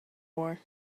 war